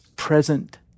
present